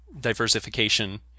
diversification